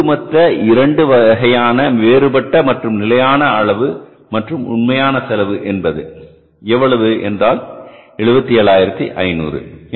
இது ஒட்டுமொத்த 2 வகையான வேறுபட்ட மற்றும் நிலையான அளவு மற்றும் உண்மையான செலவு என்பது எவ்வளவு என்றால் 77500